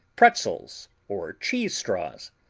pretzels or cheese straws,